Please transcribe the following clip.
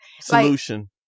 Solution